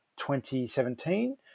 2017